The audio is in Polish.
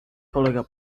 kolega